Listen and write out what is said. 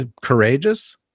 courageous